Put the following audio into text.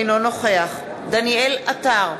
אינו נוכח דניאל עטר,